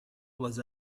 was